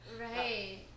right